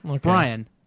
Brian